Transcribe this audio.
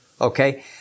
okay